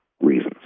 reasons